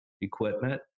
equipment